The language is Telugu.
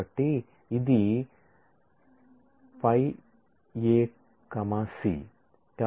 కాబట్టి ఇది Π A C